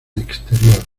exterior